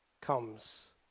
comes